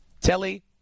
Telly